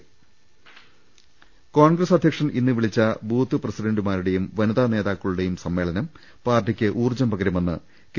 രുട്ട്ട്ട്ട്ട്ട്ട്ട്ട കോൺഗ്രസ് അധ്യക്ഷൻ ഇന്ന് വിളിച്ച ബൂത്ത് പ്രസിഡന്റുമാരുടെയും വനിതാ നേതാക്കളുടെയും സമ്മേളനം പാർട്ടിക്ക് ഊർജ്ജം പകരുമെന്ന് കെ